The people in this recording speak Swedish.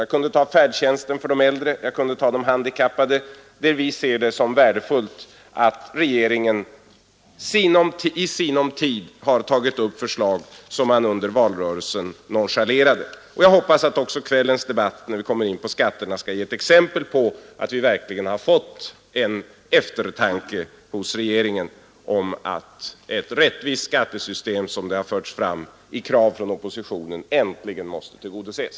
Jag kunde också ta färdtjänsten för äldre, och handikappade, där vi ser det som värdefullt att regeringen i sinom tid har tagit upp förslag som den under valrörelsen nonchalerade. Jag hoppas att också kvällens debatt om skatterna skall ge exempel på att vi verkligen fått en eftertanke hos regeringen om att kraven på ett rättvist skattesystem som de förts fram av oppositionen äntligen måste tillgodoses.